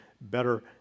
better